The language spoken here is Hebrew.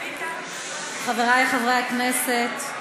חברי חברי הכנסת,